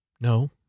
No